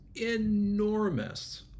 enormous